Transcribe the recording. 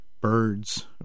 birds